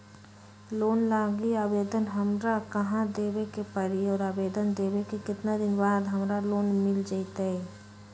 Loan लागी आवेदन हमरा कहां देवे के पड़ी और आवेदन देवे के केतना दिन बाद हमरा लोन मिल जतई?